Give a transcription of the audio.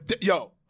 yo